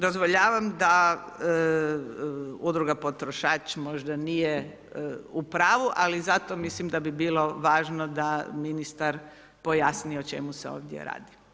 Dozvoljavam da Udruga potrošač možda nije u pravu, ali zato mislim da bi bilo važno da ministar pojasni o čemu se ovdje radi.